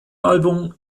album